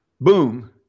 boom